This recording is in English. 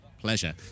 Pleasure